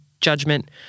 judgment